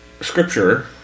scripture